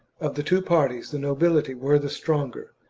of the two parties the nobility were the stronger,